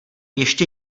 ještě